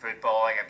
footballing